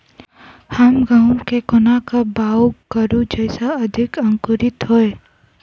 हम गहूम केँ कोना कऽ बाउग करू जयस अधिक अंकुरित होइ?